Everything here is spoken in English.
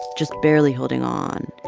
just barely holding on.